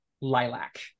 lilac